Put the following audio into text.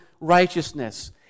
righteousness